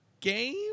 game